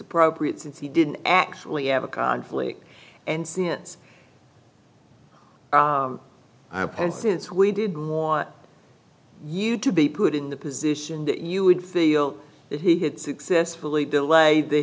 appropriate since he didn't actually have a conflict and since i append since we didn't want you to be put in the position that you would feel that he had successfully delayed the